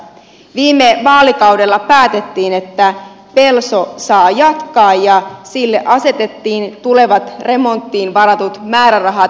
viime vaalikaudella päätettiin että pelso saa jatkaa ja sille asetettiin tulevat remonttiin varatut määrärahat